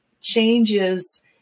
changes